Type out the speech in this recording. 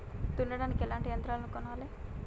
దున్నడానికి ఎట్లాంటి యంత్రాలను కొనాలే?